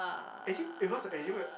actually eh what's the